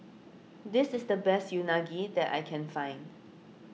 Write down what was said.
this is the best Unagi that I can find